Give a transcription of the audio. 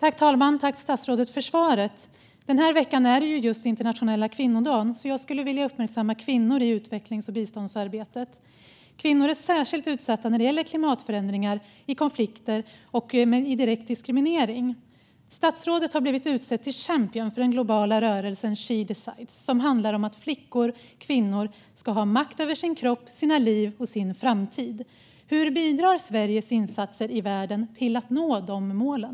Fru talman! Tack, statsrådet, för svaret! I måndags den här veckan var internationella kvinnodagen, så jag skulle vilja uppmärksamma kvinnor i utvecklings och biståndsarbetet. Kvinnor är särskilt utsatta när det gäller klimatförändringar, i konflikter och genom direkt diskriminering. Statsrådet har blivit utsedd till champion för den globala rörelsen She Decides, som handlar om att flickor och kvinnor ska ha makt över sina kroppar, sina liv och sin framtid. Hur bidrar Sveriges insatser i världen till att nå de målen?